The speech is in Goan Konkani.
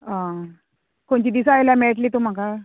आं खंची दिसा आयल्या मेळटली तूं म्हाका